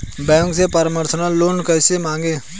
Bank से personal loan कैसे मांगें?